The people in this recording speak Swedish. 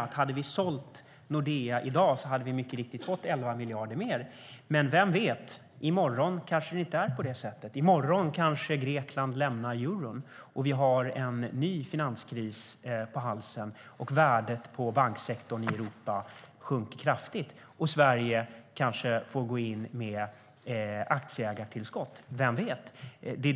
att om vi hade sålt Nordea i dag hade vi mycket riktigt fått 11 miljarder mer. Men vem vet? I morgon kanske det inte är så. I morgon kanske Grekland lämnar eurosamarbetet. Då har vi en ny finanskris på halsen, värdet på banksektorn i Europa sjunker kraftigt och Sverige kanske får gå in med aktieägartillskott. Vem vet?